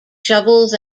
shovels